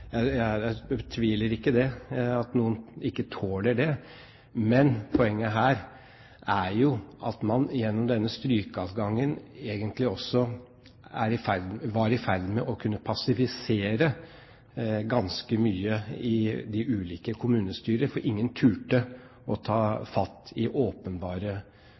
Jeg betviler ikke at noen ikke tåler det, men poenget her er at man gjennom denne strykeadgangen egentlig også var i ferd med å kunne passivisere de ulike kommunestyrene ganske mye, for ingen torde å ta fatt i åpenbare